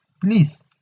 Please